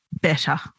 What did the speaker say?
better